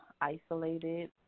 isolated